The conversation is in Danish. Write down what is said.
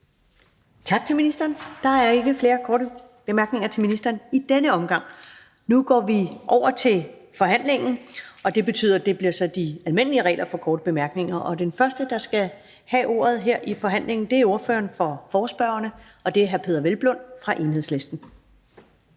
Tak til ministeren. Der er ikke flere korte bemærkninger til ministeren i denne omgang. Nu går vi over til forhandlingen, og det betyder, at det så bliver de almindelige regler for korte bemærkninger, der gælder. Den første, der skal have ordet her i forhandlingen, er ordføreren for forespørgerne, som er hr. Peder Hvelplund fra Enhedslisten.